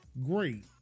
great